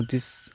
ᱦᱩᱫᱤᱥ